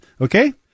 Okay